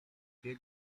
dwie